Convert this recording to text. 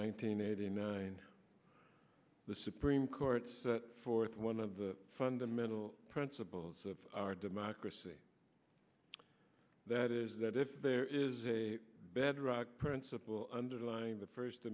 nineteen eighty nine the supreme court's fourth one of the fundamental principles of our democracy that is that if there is a bedrock principle underlying the first